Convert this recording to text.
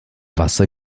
wasser